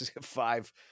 five